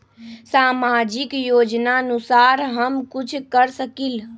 सामाजिक योजनानुसार हम कुछ कर सकील?